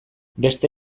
beste